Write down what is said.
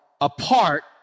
Apart